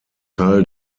teil